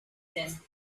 din